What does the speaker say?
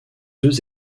deux